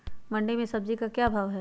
मंडी में सब्जी का क्या भाव हैँ?